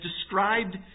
described